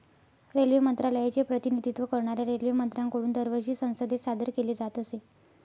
railway मंत्रालयाचे प्रतिनिधित्व करणाऱ्या रेल्वेमंत्र्यांकडून दरवर्षी संसदेत सादर केले जात असे